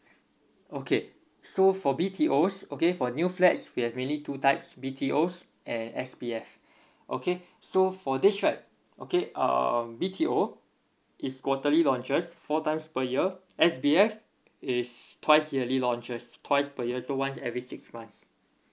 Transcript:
okay so for B_T_Os okay for new flats we have mainly two types B_T_Os and S_B_F okay so for these right okay uh B_T_O is quarterly launches four times per year S_B_F is twice yearly launches twice per year so once every six months